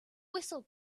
whistle